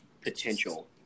potential